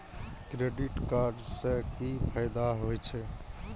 Credit card से कि फायदा होय छे?